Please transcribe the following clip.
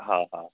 હા હા